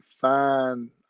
fine